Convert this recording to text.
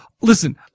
listen